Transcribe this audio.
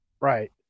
right